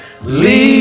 leave